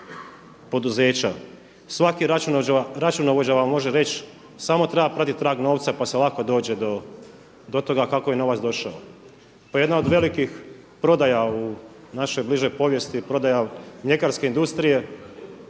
Svaki računovođa vam može reći samo treba pratit trag novca, pa se lako dođe do toga kako je novac došao. Pa jedna od velikih prodaja u našoj bližoj povijesti je prodaja mljekarske industrije